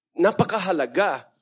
napakahalaga